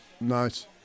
Nice